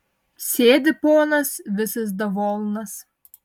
sėdi ponas visas davolnas